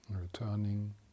Returning